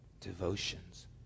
devotions